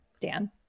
dan